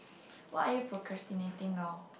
what are you procrastinating now